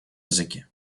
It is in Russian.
языке